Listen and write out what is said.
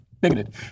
bigoted